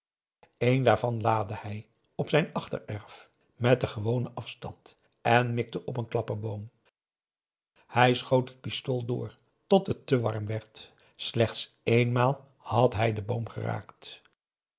een daarvan laadde hij ging op zijn achtererf mat den gewonen afstand en mikte op een klapperboom hij schoot het pistool door tot het te warm werd slechts éénmaal had hij den boom geraakt